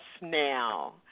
now